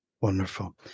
Wonderful